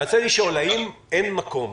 אני רוצה לשאול: האם אין מקום,